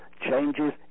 changes